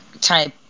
type